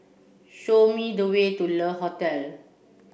show me the way to Le Hotel